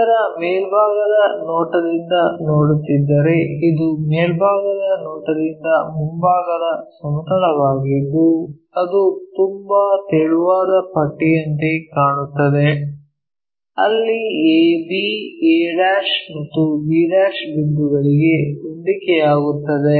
ಇದರ ಮೇಲ್ಭಾಗದ ನೋಟದಿಂದ ನೋಡುತ್ತಿದ್ದರೆ ಇದು ಮೇಲ್ಭಾಗದ ನೋಟದಿಂದ ಮುಂಭಾಗದ ಸಮತಲವಾಗಿದ್ದು ಅದು ತುಂಬಾ ತೆಳುವಾದ ಪಟ್ಟಿಯಂತೆ ಕಾಣುತ್ತದೆ ಅಲ್ಲಿ ab a ಮತ್ತು b ಬಿಂದುಗಳಿಗೆ ಹೊಂದಿಕೆಯಾಗುತ್ತದೆ